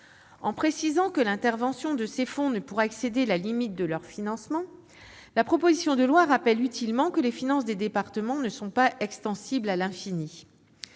En précisant que l'intervention de ces fonds ne pourra excéder la limite de leurs financements, la proposition de loi rappelle utilement que les finances des départements ne sont pas extensibles à l'infini.